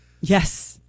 Yes